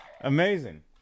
amazing